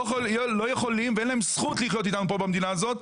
לא יכול ואין לו זכות לחיות אתנו פה במדינה הזאת,